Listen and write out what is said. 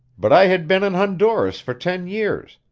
but i had been in honduras for ten years,